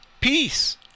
peace